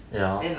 ya